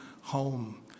home